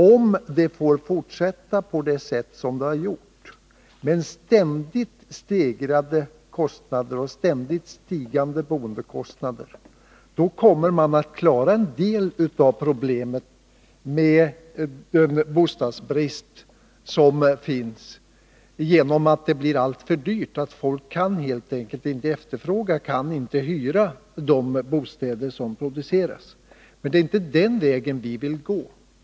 Om det får fortsätta på det sätt som skett med ständigt stegrade kostnader och ständigt stigande boendekostnader, kommer man att lösa en del av problemet med den bostadsbrist som finns genom att det blir alltför dyrt att bo — folk kan helt enkelt inte efterfråga eller hyra de bostäder som produceras. Men det är inte den vägen vi vill gå.